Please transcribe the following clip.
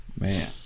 Man